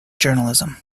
journalism